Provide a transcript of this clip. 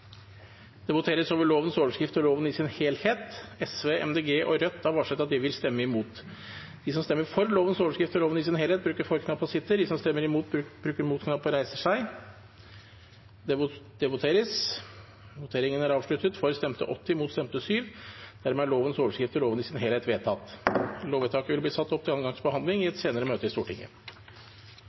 Det voteres over lovens overskrift og loven i sin helhet. Arbeiderpartiet, Senterpartiet, Sosialistisk Venstreparti, Miljøpartiet De Grønne og Rødt har varslet at de vil stemme imot. Lovvedtaket vil bli ført opp til andre gangs behandling i et senere møte i Stortinget.